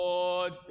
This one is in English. Lord